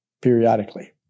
periodically